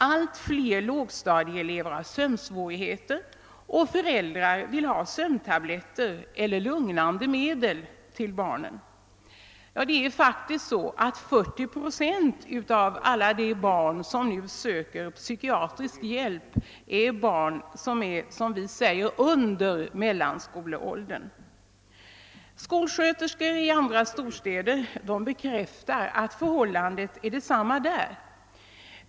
Alltfler lågstadieelever har sömnsvårigheter, och föräldrarna vill ha sömntabletter eller lugnande medel till barnen. Det är faktiskt så, att 40 procent av alla de barn, som man nu söker psykiatrisk hjälp för, är barn som är under mellanskoleåldern. Skolsköterskor i andra storstäder bekräftar att förhållandet är detsamma där.